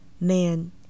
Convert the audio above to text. Man